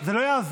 זה לא יעזור.